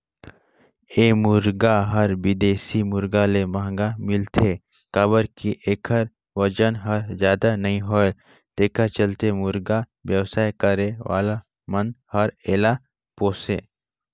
ए मुरगा हर बिदेशी मुरगा ले महंगा मिलथे काबर कि एखर बजन हर जादा नई होये तेखर चलते मुरगा बेवसाय करे वाला मन हर एला पोसे